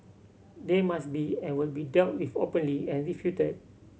they must be and will be dealt with openly and refuted